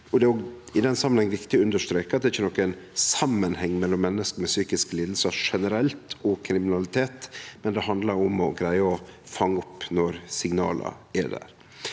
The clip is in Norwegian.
viktig å understreke at det ikkje er nokon samanheng mellom menneske med psykiske lidingar generelt og kriminalitet, men det handlar om å greie å fange dei opp når signala er der.